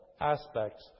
aspects